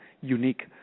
unique